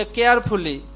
carefully